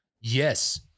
yes